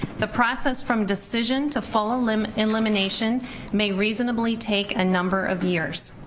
the process from decision to full ah like um elimination may reasonably take a number of years.